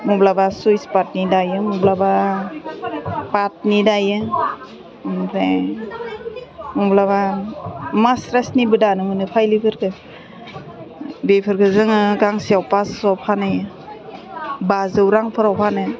माब्लाबा सुइस पातनि दायो माब्लाबा पातनि दायो ओमफ्राय माब्लाबा मासथ्रासनिबो दानो मोनो फाइलिफोरखौ बेफोरखौ जोङो गांसेयाव फास्स' फानो बाजौ रांफोराव फानो